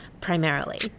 primarily